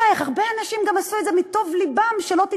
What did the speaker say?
הרבה אנשים גם עשו את זה מטוב לבם, שלא תתאכזב,